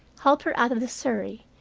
helped her out of the surrey,